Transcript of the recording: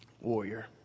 warrior